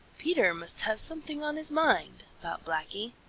peter must have something on his mind, thought blacky.